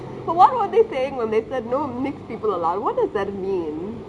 but what were they saying when they said no mixed people allowed what does that mean